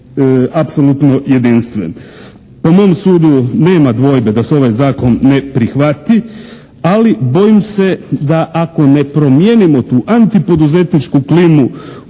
apsolutno jedinstven. Po mom sudu nema dvojbe da se ovaj zakon ne prihvati ali bojim se da ako ne promijenimo tu antipoduzetničku klimu